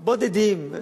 בודדים.